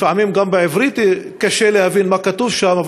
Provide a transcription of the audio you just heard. לפעמים קשה להבין מה כתוב שם,